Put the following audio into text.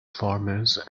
farmers